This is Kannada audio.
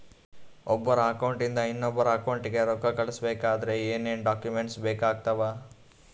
ಒಬ್ಬರ ಅಕೌಂಟ್ ಇಂದ ಇನ್ನೊಬ್ಬರ ಅಕೌಂಟಿಗೆ ರೊಕ್ಕ ಕಳಿಸಬೇಕಾದ್ರೆ ಏನೇನ್ ಡಾಕ್ಯೂಮೆಂಟ್ಸ್ ಬೇಕಾಗುತ್ತಾವ?